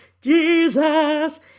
Jesus